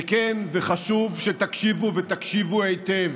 וכן, חשוב שתקשיבו ותקשיבו היטב: